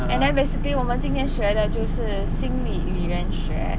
and then basically 我们今天学的就是心里语言学